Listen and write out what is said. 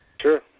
Sure